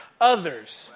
others